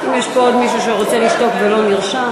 אם יש פה עוד מישהו שרוצה לשתוק ולא נרשם,